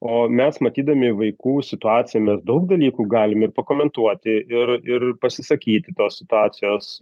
o mes matydami vaikų situaciją mes daug dalykų galim ir pakomentuoti ir ir pasisakyti tos situacijos